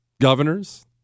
governors